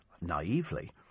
naively